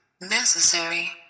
Necessary